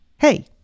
Hey